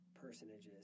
personages